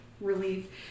relief